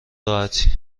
راحتی